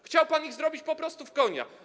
Chciał pan ich zrobić po prostu w konia.